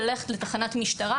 ללכת לתחנת משטרה,